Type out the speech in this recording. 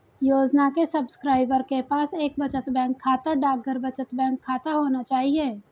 योजना के सब्सक्राइबर के पास एक बचत बैंक खाता, डाकघर बचत बैंक खाता होना चाहिए